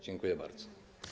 Dziękuję bardzo.